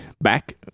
back